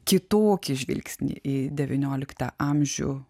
kitokį žvilgsnį į devynioliktą amžių